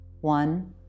One